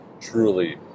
truly